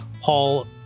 Paul